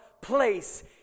place